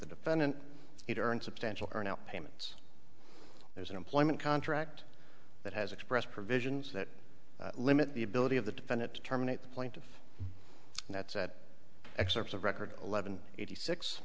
the defendant in turn substantial payments there's an employment contract that has expressed provisions that limit the ability of the defendant to terminate the plaintiff and that's at excerpts of record eleven eighty six